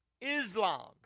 Islam